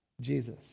Jesus